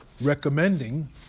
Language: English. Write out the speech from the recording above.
recommending